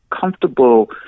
comfortable